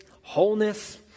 wholeness